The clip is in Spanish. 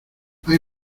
hay